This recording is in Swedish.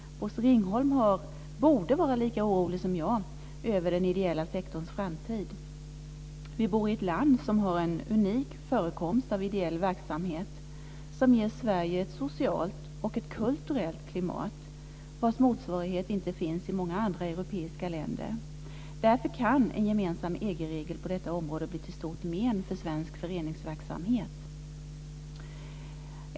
Bosse Ringholm borde vara lika orolig som jag över den ideella sektorns framtid. Vi bor i ett land som har en unik förekomst av ideell verksamhet som ger Sverige ett socialt och ett kulturellt klimat vars motsvarighet inte finns i många andra europeiska länder. Därför kan en gemensam EG-regel på detta område bli till stort men för svensk föreningsverksamhet.